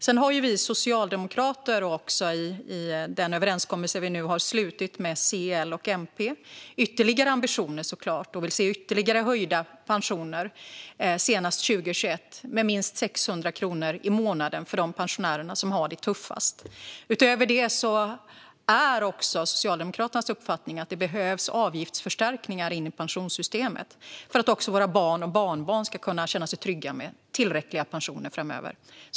Sedan har vi socialdemokrater i den överenskommelse som vi nu har slutit med C, L och MP ytterligare ambitioner och vill se ytterligare höjda pensioner senast 2021 med minst 600 kronor i månaden för de pensionärer som har det tuffast. Utöver det är Socialdemokraternas uppfattning att det behövs avgiftsförstärkningar in i pensionssystemet för att också våra barn och barnbarn ska kunna känna sig trygga med tillräckliga pensioner framöver.